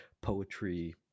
poetry